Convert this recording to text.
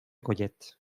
collet